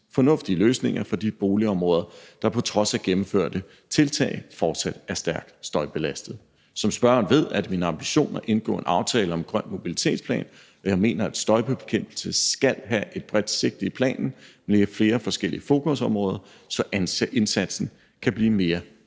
fornuftige løsninger for de boligområder, der på trods af gennemførte tiltag fortsat er stærkt støjbelastede. Som spørgeren ved, er det min ambition at indgå en aftale om en grøn mobilitetsplan, og jeg mener, at støjbekæmpelse skal have et bredt sigte i planen med flere forskellige fokusområder, så indsatsen kan blive mere